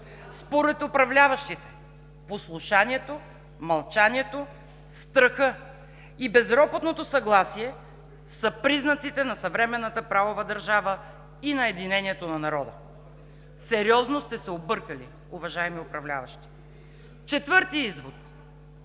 Според управляващите послушанието, мълчанието, страхът и безропотното съгласие са признаците на съвременната правова държава и на единението на народа. Сериозно сте се объркали, уважаеми управляващи! Четвъртият извод